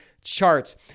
charts